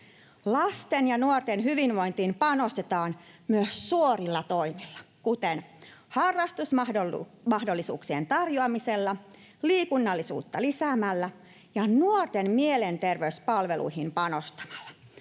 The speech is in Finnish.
Lasten ja nuorten hyvinvointiin panostetaan myös suorilla toimilla, kuten harrastusmahdollisuuksien tarjoamisella, liikunnallisuutta lisäämällä ja nuorten mielenterveyspalveluihin panostamalla.